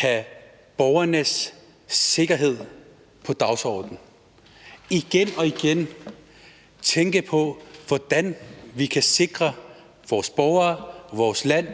sætte borgernes sikkerhed på dagsordenen, igen og igen at tænke på, hvordan vi kan sikre vores borgere, vores land